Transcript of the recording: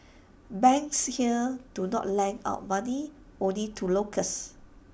banks here do not lend out money only to locals